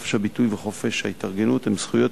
חופש הביטוי וחופש ההתארגנות הם זכויות